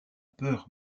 peur